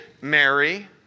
Mary